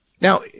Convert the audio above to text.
Now